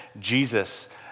Jesus